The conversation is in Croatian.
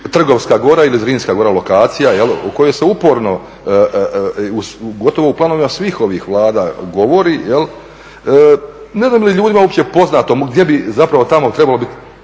Trgovska gora ili Zrinska gora, lokacija u kojoj se uporno, gotovo u planovima svih ovih Vlada govori, ne znam da li je ljudima uopće poznato gdje bi zapravo tamo trebalo biti,